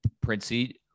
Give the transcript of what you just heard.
princey